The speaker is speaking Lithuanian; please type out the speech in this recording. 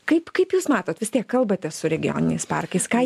kaip kaip jūs matot vis tiek kalbate su regioniniais parkais ką